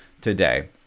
today